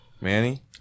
Manny